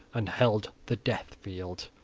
and held the death-field.